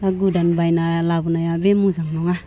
दा गोदान बायना लाबोनाया बे मोजां नङा